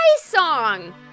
song